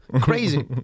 Crazy